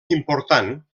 important